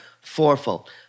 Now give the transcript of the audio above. fourfold